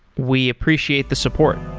we appreciate the support